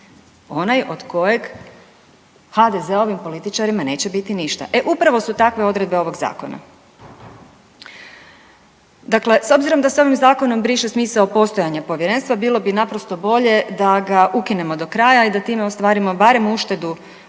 Onaj od kojeg HDZ-ovim političarima neće biti ništa. E upravo su takve odredbe ovog zakona. Dakle s obzirom da se ovim zakonom briše smisao postojanja povjerenstva, bilo naprosto bolje da ga ukinemo do kraja i da time ostvarimo barem uštedu